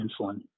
insulin